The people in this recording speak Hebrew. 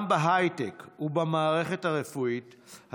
גם בהייטק ובמערכת הרפואית,